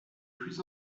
plus